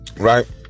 Right